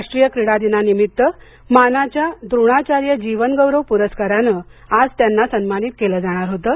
राष्ट्रीय क्रीडादिनानिमित्त मानाच्या द्रोणाचार्य जीवनगौरव पुरस्कारानं आज त्यांना सन्मानित केलं जाणार होतं